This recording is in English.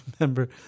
remember